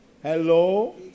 Hello